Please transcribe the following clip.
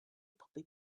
puppy